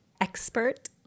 expert